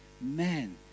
man